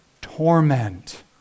torment